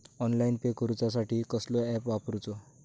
Online pay करूचा साठी कसलो ऍप वापरूचो?